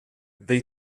they